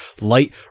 light